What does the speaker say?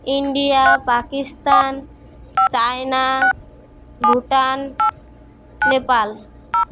India Pakistan China Bhutan Nepal